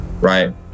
right